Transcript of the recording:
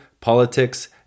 politics